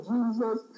Jesus